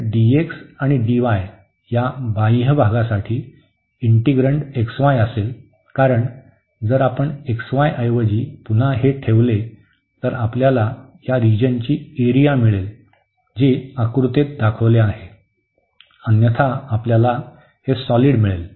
तर dx आणि dy या बाह्य भागासाठी इंटिग्रण्ड xy असेल कारण जर आपण xy ऐवजी पुन्हा हे ठेवले तर आपल्याला या रिजनची एरिया मिळेल जी आकृतीत दाखवले आहे अन्यथा आपल्याला हे सॉलिड मिळेल